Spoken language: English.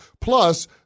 Plus